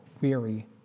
weary